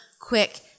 quick